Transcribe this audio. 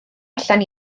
allan